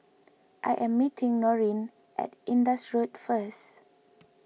I am meeting Norene at Indus Road first